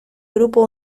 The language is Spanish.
grupo